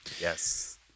Yes